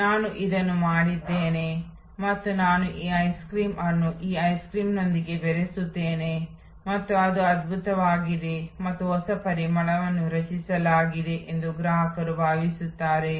ಆದರೆ ಇಂದು ನಾನು ನಿಮಗೆ ಹೈಲೈಟ್ ಮಾಡಲು ಪ್ರಯತ್ನಿಸುತ್ತಿರುವುದು ಈ ರೀತಿಯ ಕೆಲವು ಮಾದರಿಗಳನ್ನುನಿಮಗೆ ಒದಗಿಸುವುದು